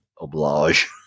oblige